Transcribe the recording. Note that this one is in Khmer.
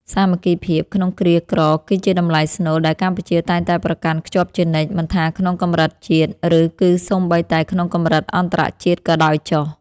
សាមគ្គីភាពក្នុងគ្រាក្រគឺជាតម្លៃស្នូលដែលកម្ពុជាតែងតែប្រកាន់ខ្ជាប់ជានិច្ច មិនថាក្នុងកម្រិតជាតិ ឬ គឺសូម្បីតែក្នុងកម្រិតអន្តរជាតិក៏ដោយចុះ។